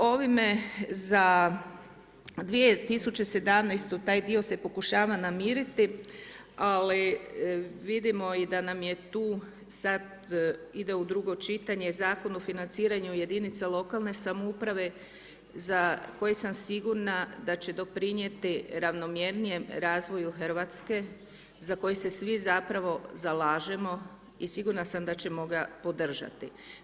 Ovime za 2017. taj dio se pokušava namiriti ali vidimo i da nam je tu sada ide u drugo čitanje Zakon o financiranju jedinica lokalne samouprave za koji sam sigurna da će doprinijeti ravnomjernijem razvoju Hrvatske za koji se svi zapravo zalažemo i sigurna sam da ćemo ga podržati.